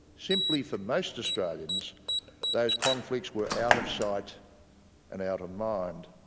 simply for most australians those conflicts were out of sight and out of mind.